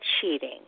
cheating